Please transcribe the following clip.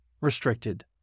restricted